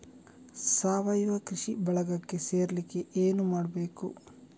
ಸಾವಯವ ಕೃಷಿ ಬಳಗಕ್ಕೆ ಸೇರ್ಲಿಕ್ಕೆ ಏನು ಮಾಡ್ಬೇಕು?